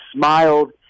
smiled